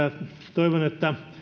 toivon että